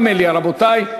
גם מליאה, רבותי.